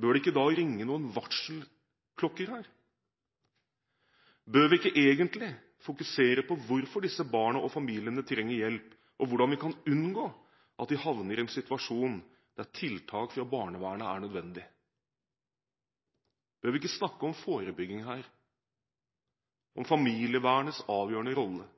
Bør det ikke da ringe noen varselklokker? Bør vi ikke egentlig fokusere på hvorfor disse barna og familiene trenger hjelp, og hvordan vi kan unngå at de havner i en situasjon der tiltak fra barnevernet er nødvendig? Bør vi ikke snakke om forebygging, om familievernets avgjørende rolle,